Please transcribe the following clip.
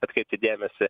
atkreipti dėmesį